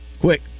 Quick